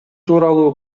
тууралуу